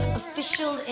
official